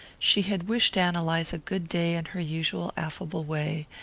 she had wished ann eliza good day in her usual affable way,